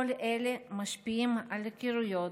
כל אלה משפיעים על היכרויות,